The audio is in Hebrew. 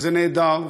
וזה נהדר,